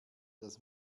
das